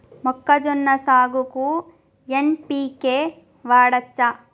మొక్కజొన్న సాగుకు ఎన్.పి.కే వాడచ్చా?